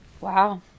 Wow